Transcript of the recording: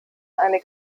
eine